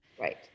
Right